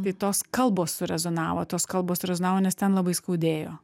tai tos kalbos surezonavo tos kalbos surezonavo nes ten labai skaudėjo